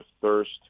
thirst